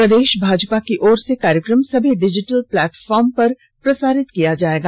प्रदेश भाजपा की ओर से कार्यक्रम सभी डिजिटल प्लेटफॉर्म में प्रसारित किया जाएगा